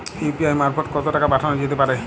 UPI মারফত কত টাকা পাঠানো যেতে পারে?